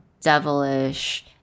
devilish